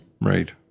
Right